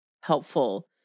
helpful